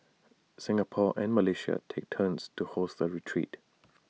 Singapore and Malaysia take turns to host the retreat